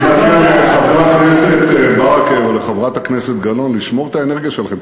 אני מציע לחבר הכנסת ברכה ולחברת הכנסת גלאון לשמור את האנרגיות שלהם.